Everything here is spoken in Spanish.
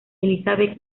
elizabeth